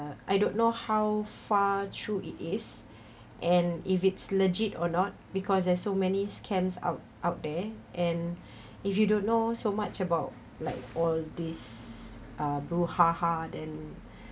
uh I don't know how far true it is and if it's legit or not because there's so many scams out out there and if you don't know so much about like all these uh brouhaha then